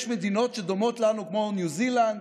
יש מדינות שדומות לנו, כמו ניו זילנד,